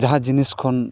ᱡᱟᱦᱟᱸ ᱡᱤᱱᱤᱥ ᱠᱷᱚᱱ